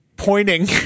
Pointing